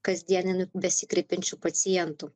kasdieninių besikreipiančių pacientų